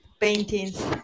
paintings